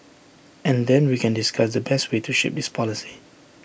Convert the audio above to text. and then we can discuss the best way to shape this policy